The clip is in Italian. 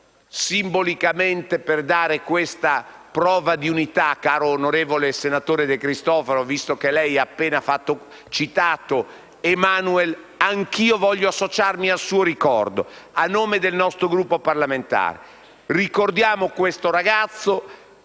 simbolicamente, per dare questa prova di unità, caro senatore De Cristofaro, visto che lei ha appena citato Emmanuel, anche io voglio associarmi al suo ricordo a nome del nostro Gruppo parlamentare. Ricordiamo questo ragazzo,